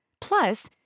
Plus